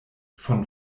von